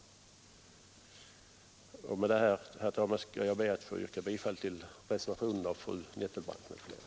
Med detta, herr talman, ber jag att få yrka bifall till reservationen av fru Nettelbrandt m.fl.